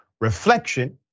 reflection